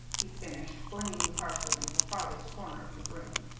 he finished, flinging the parcel into the farthest corner of the room.